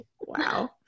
wow